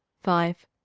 five